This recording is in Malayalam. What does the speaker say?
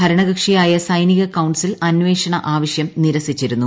ഭരണകക്ഷിയായ സൈനിക കൌൺസിൽ അന്വേഷണ ആവശ്യം നിരസിച്ചിരുന്നു